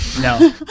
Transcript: no